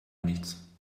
nichts